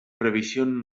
previsión